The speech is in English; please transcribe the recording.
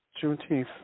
Juneteenth